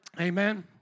Amen